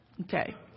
Okay